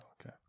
okay